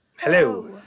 Hello